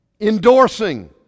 endorsing